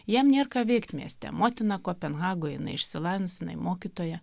jam nėr ką veikt mieste motina kopenhagoj jinai išsilavinusi jinai mokytoja